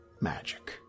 magic